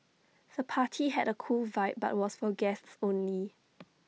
the party had A cool vibe but was for guests only